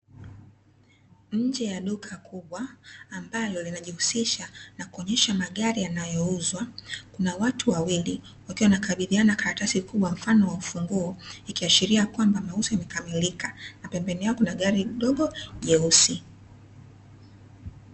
Nje ya duka kubwa ambalo linalojihusisha na kuonyesha magari yanayouzwa, kuna watu wawili wanaokabidhiana karatasi kubwa, zenye mfano wa ufunguo ikiashiria kua mauzo yamekamilka na pembeni kuna gari dogo jeusi.